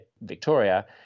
Victoria